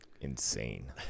insane